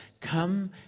come